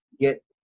get